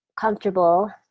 comfortable